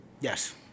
Yes